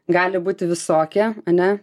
gali būti visokie ane